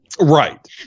right